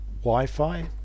Wi-Fi